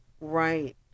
Right